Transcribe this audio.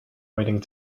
waiting